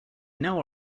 now